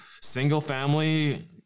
single-family